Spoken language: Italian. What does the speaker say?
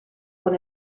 con